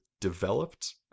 developed